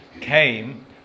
came